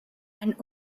and